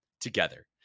together